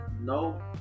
No